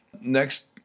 next